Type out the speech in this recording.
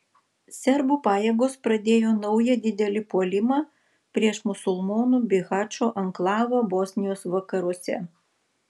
serbų pajėgos pradėjo naują didelį puolimą prieš musulmonų bihačo anklavą bosnijos vakaruose